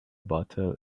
bottle